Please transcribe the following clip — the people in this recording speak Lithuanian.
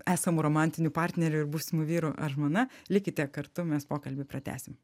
esamu romantiniu partneriu ir būsimu vyru ar žmona likite kartu mes pokalbį pratęsim